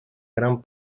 gran